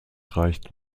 reicht